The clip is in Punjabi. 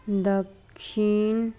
ਦਕਸ਼ਿਨ